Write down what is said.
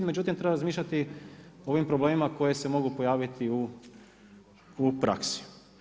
Međutim, treba razmišljati o ovim problemima koji se mogu pojaviti u praksi.